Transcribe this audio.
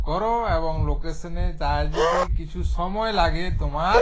করো এবং লোকেশানে তা যেদি কিছু সময় লাগে তোমার